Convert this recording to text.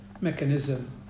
mechanism